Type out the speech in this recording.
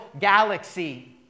galaxy